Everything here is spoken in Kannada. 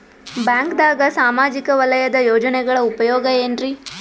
ಬ್ಯಾಂಕ್ದಾಗ ಸಾಮಾಜಿಕ ವಲಯದ ಯೋಜನೆಗಳ ಉಪಯೋಗ ಏನ್ರೀ?